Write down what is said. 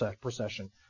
procession